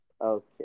okay